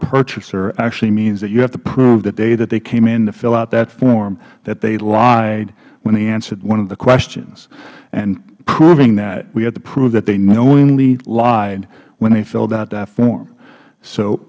purchaser actually means that you have to prove the day that they came in to fill out that form that they lied when they answered one of the questions and proving that we had to prove that they knowingly lied when they filled out that form so